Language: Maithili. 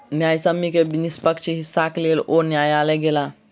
न्यायसम्य के निष्पक्ष हिस्साक लेल ओ न्यायलय गेला